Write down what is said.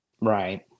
Right